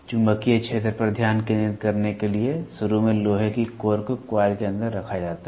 चुंबकीय क्षेत्र पर ध्यान केंद्रित करने के लिए शुरू में लोहे की कोर को कॉइल के अंदर रखा जाता है